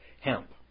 hemp